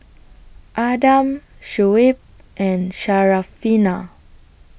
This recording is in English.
Adam Shuib and Syarafina